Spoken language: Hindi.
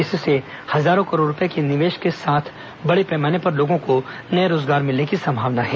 इससे हजारों करोड़ रुपए को निवेश के साथ बड़े पैमाने पर लोगों को नये रोजगार मिलने की संभावना है